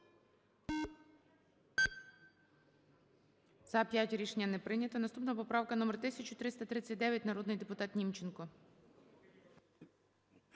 За-5 Рішення не прийнято. Наступна поправка номер 1339, народний депутат Німченко.